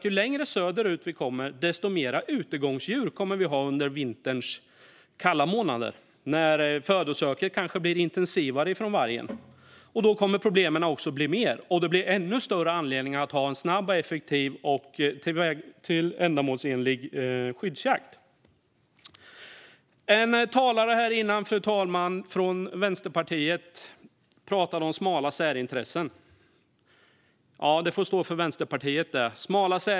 Ju längre söderut vi kommer, desto fler utegångsdjur kommer vi nämligen att ha under vinterns kalla månader när födosöket från vargen kanske blir intensivare. Då kommer problemen att bli större, och det blir ännu större anledning att ha en snabb, effektiv och ändamålsenlig skyddsjakt. En tidigare talare från Vänsterpartiet, fru talman, talade om smala särintressen. Det får stå för Vänsterpartiet.